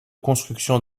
construction